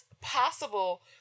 possible